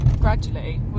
Gradually